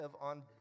on